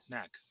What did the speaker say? Mac